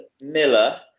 Miller